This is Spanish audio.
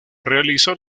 realizó